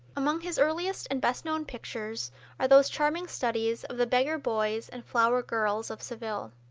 among his earliest and best known pictures are those charming studies of the beggar boys and flower girls of seville.